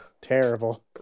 terrible